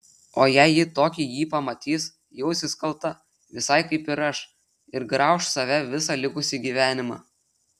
o jei ji tokį jį pamatys jausis kalta visai kaip ir aš ir grauš save visą likusį gyvenimą